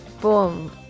boom